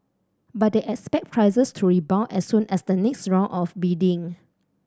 but they expect prices to rebound as soon as the next round of bidding